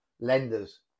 lenders